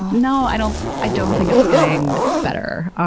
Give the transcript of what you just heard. no, i don't i don't think it's getting better.